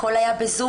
הכול היה בזום.